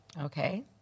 Okay